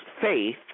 faith